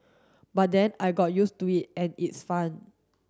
but then I got used to it and its fun